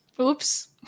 Oops